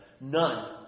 none